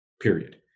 Period